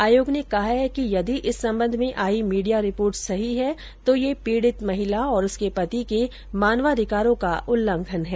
आयोग ने कहा है कि यदि इस संबंध में आई मीडिया रिपोर्ट सही है तो यह पीडित महिला और उसके पति के मानवाधिकारों का उल्लंघन है